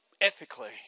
ethically